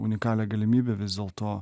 unikalią galimybę vis dėlto